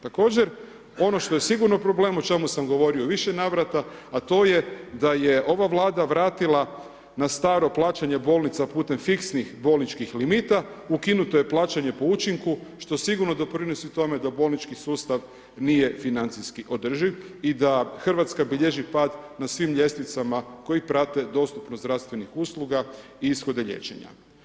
Također ono što je sigurno problem o čemu sam govorio u više navrata a to je da je ova Vlada vratila na staro plaćanje bolnica putem fiksnih bolničkih limita, ukinuto je plaćanje po učinku, što sigurno doprinosi tome da bolnički sustav nije financijski održiv i da Hrvatska bilježi pad na svim ljestvicama, koji prate dostupnost zdravstvenih usluga ishode liječenja.